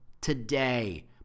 today